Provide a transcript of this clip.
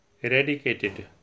eradicated